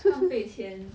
浪费钱